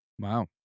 Wow